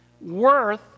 worth